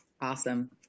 Awesome